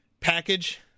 package